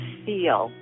feel